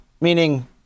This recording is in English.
Meaning